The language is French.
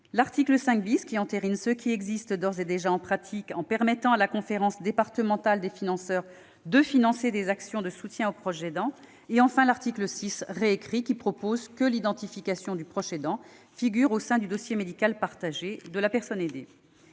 l'article 5 , qui entérine les pratiques existantes, en permettant à la conférence départementale des financeurs de financer des actions de soutien aux proches aidants, enfin l'article 6, réécrit, qui prévoit que l'identification du proche aidant figure au sein du dossier médical partagé de la personne aidée.